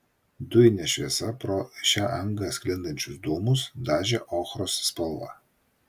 dujinė šviesa pro šią angą sklindančius dūmus dažė ochros spalva